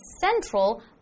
central